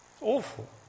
Awful